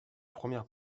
premières